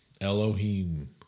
Elohim